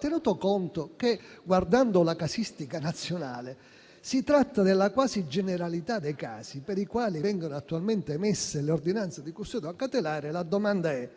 Tenuto conto che, guardando la casistica nazionale, si tratta della quasi generalità dei casi per i quali vengono attualmente emesse le ordinanze di custodia cautelare, la domanda è: